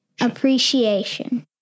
appreciation